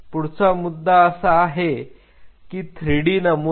पुढचा मुद्दा असा आहे की 3D नमुना